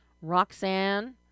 Roxanne